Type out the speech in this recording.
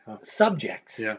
subjects